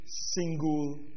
single